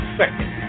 second